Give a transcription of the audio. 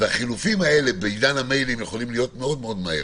החילופים האלה בעידן המיילים יכולים להיות מאוד מאוד מהר.